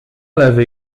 lewy